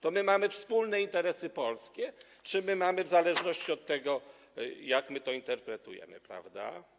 To mamy wspólne interesy polskie czy mamy interesy w zależności od tego, jak to interpretujemy, prawda?